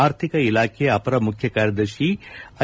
ಆರ್ಥಿಕ ಇಲಾಖೆ ಅಪರ ಮುಖ್ಯ ಕಾರ್ಯದರ್ಶಿ ಐ